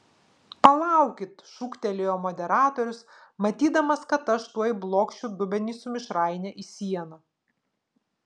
palaukit šūktelėjo moderatorius matydamas kad aš tuoj blokšiu dubenį su mišraine į sieną